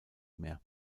mehr